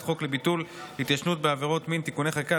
חוק לביטול התיישנות בעבירות מין (תיקוני חקיקה),